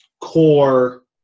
core